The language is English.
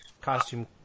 Costume